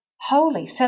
holy